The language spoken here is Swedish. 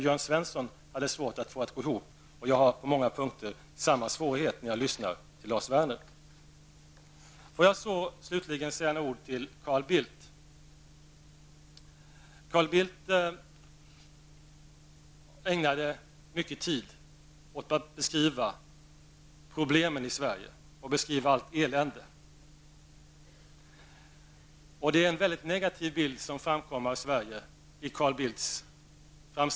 Jörn Svensson hade svårt att se hur det kunde gå ihop, och jag upplever på många punkter samma svårighet när jag lyssnar på Lars Werner. Får jag slutligen säga några ord till Carl Bildt. Carl Bildt ägnade mycket tid åt att beskriva problemen och eländet i Sverige. I Carl Bildts framställning blev det en mycket negativ bild av Sverige.